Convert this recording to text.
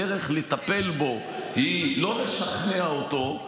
הדרך לטפל בו היא לא לשכנע אותו,